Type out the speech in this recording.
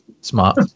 smart